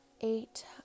Eight